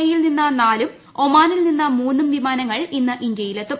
E യിൽ നിന്ന് നാലും ഒമാനിൽ നിന്ന് മൂന്നും വിമാനങ്ങൾ ഇന്ന് ഇന്ത്യയിലെത്തും